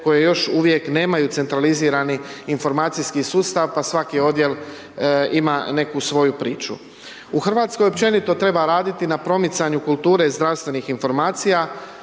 koje još uvijek nemaju centralizirani informacijski sustav pa svaki odjel ima neku svoju priču. U Hrvatskoj općenito treba raditi na promicanju kulture zdravstvenih informacija.